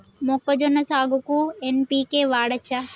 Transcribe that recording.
మొక్కజొన్న సాగుకు ఎన్.పి.కే వాడచ్చా?